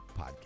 podcast